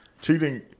cheating